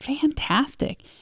fantastic